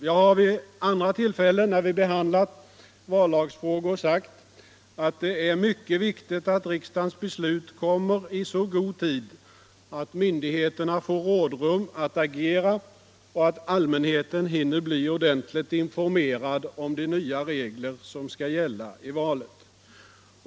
Jag har vid andra tillfällen när vi behandlat vallagsfrågor sagt, att det är mycket viktigt att riksdagens beslut kommer i så god tid, att myndigheterna får rådrum att agera och att allmänheten hinner bli ordentligt informerad om de nya regler som skall gälla i valet.